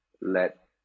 let